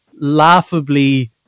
laughably